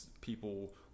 people